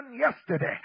yesterday